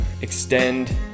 extend